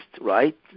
right